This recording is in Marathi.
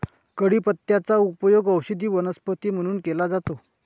कढीपत्त्याचा उपयोग औषधी वनस्पती म्हणून केला जातो